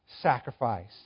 sacrifice